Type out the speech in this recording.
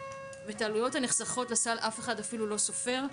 ואת העלויות הנחסכות לסל אף אחד אפילו לא סופר.